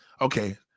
okay